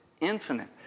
infinite